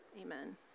amen